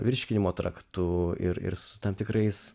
virškinimo traktu ir ir su tam tikrais